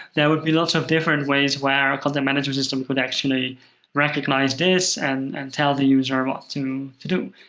there would be lots of different ways where a content management system could actually recognize this and tell the user what to to do.